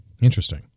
Interesting